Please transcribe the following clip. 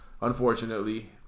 Unfortunately